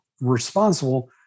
responsible